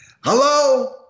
Hello